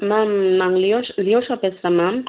ma'am நான் லியோஸ் லியோஸா பேசுகிறேன் மேம்